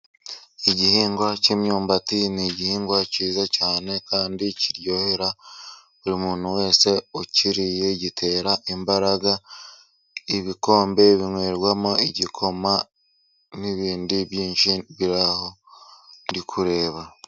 igihingwa cy'imyumbati ni igihingwa cyiza cyane kandi kiryohera buri muntu wese, ukiriye gitera imbaraga. Ibikombe binywerwamo igikoma n'ibindi byinshi biri aho turi kureba.